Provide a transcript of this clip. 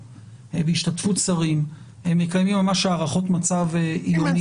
ובהשתתפות שרים מקיימים ממש הערכות מצב יומיות.